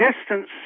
distance